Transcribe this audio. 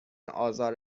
آزار